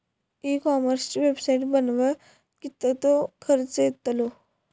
E कॉमर्सची website बनवक किततो खर्च येतलो?